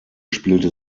spielte